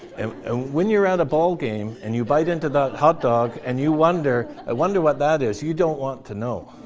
um ah when you're at a ballgame, and you bite into that hot dog, and you wonder i wonder what that is? you don't want to know.